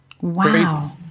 Wow